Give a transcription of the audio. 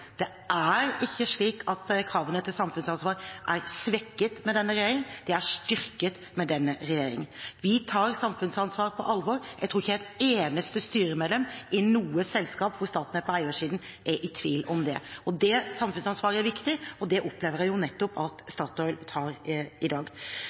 Det er ikke slik at kravene til samfunnsansvar er svekket med denne regjeringen. De er styrket med denne regjeringen. Vi tar samfunnsansvaret på alvor. Jeg tror ikke et eneste styremedlem i noe selskap hvor staten er på eiersiden, er i tvil om det. Det samfunnsansvaret er viktig, og det opplever jeg nettopp at